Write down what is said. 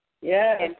Yes